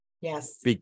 yes